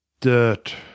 dirt